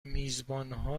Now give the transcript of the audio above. میزبانها